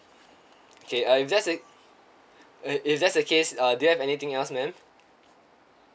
K uh if that's the if if that's the case uh do you have anything else ma'am